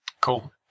Cool